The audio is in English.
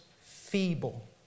feeble